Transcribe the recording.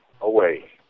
away